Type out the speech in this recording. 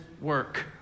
work